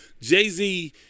Jay-Z